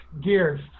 Gears